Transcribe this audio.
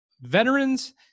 veterans